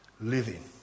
Living